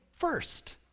First